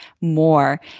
more